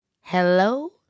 Hello